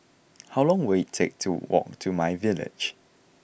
how long will it take to walk to my village